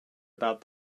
about